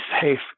safe